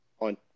on